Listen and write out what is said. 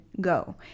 go